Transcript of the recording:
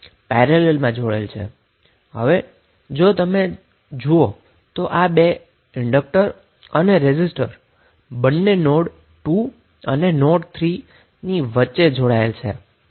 હવે જો તમે આ બે ઈન્ડકટર અને રેઝિસ્ટરને જુઓ તો બંને નોડ 2 અને નોડ 3 ની વચ્ચે જોડાયેલા છે